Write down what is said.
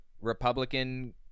Republican